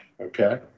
okay